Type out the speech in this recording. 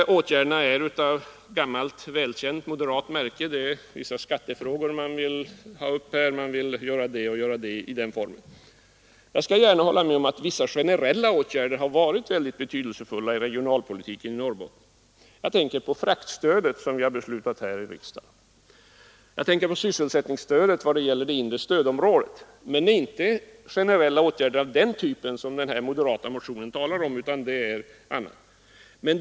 Dessa åtgärder är av gammalt välkänt moderat märke — det är vissa skattefrågor som tas upp. Jag skall gärna hålla med om att vissa generella åtgärder har varit mycket betydelsefulla i regionalpolitiken i Norrbotten. Jag tänker därvid på fraktstödet, som vi här i riksdagen har beslutat införa. Jag tänker vidare på sysselsättningsstödet i det inre stödområdet. Men det är inte generella åtgärder av den typen som den moderata motionen talar om, utan det är andra åtgärder.